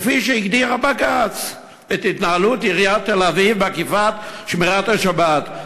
כפי שהגדיר הבג"ץ את התנהלות עיריית תל-אביב באכיפת שמירת השבת,